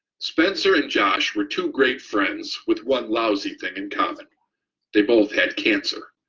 spencer and josh were two great friends with one lousy thing in common they both had cancer.